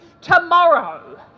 tomorrow